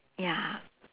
ya